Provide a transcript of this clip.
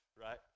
right